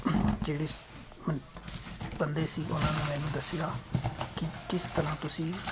ਜਿਹੜੇ ਸ ਬੰਦੇ ਸੀ ਉਹਨਾਂ ਨੇ ਮੈਨੂੰ ਦੱਸਿਆ ਕਿ ਕਿਸ ਤਰ੍ਹਾਂ ਤੁਸੀਂ